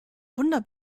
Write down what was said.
wunder